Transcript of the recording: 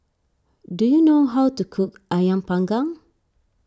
do you know how to cook Ayam Panggang